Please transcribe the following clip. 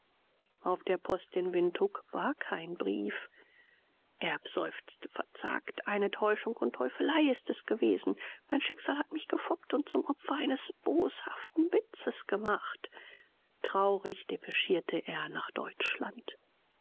auf der post in windhuk war kein brief erb seufzte verzagt eine täuschung und teufelei ist es gewesen mein schicksal hat mich gefoppt und zum opfer eines boshaften witzes gemacht traurig depeschierte er nach deutschland